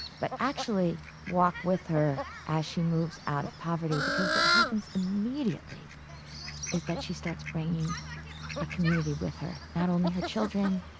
but actually walk with her as she moves out of poverty because what happens immediately is that she starts bringing a community with her, not only her children,